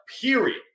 period